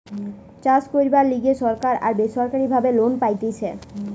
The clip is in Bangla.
চাষ কইরার লিগে সরকারি আর বেসরকারি ভাবে লোন পাইতেছি